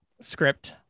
script